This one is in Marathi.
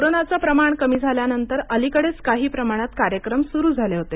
कोरोनाचं प्रमाण कमी झाल्यानंतर अलीकडेच काही प्रमाणात कार्यक्रम सुरू झाले होते